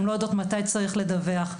הן לא יודעות מתי צריך לדווח.